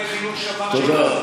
שלא יהיה חילול שבת, תודה.